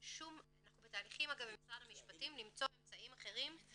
אנחנו בתהליכים אגב עם משרד המשפטים למצוא אמצעים אחרים,